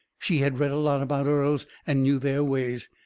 she had read a lot about earls, and knew their ways.